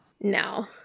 No